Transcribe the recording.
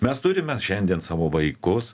mes turime šiandien savo vaikus